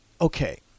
Okay